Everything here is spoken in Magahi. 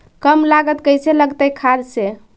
कम लागत कैसे लगतय खाद से?